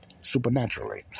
supernaturally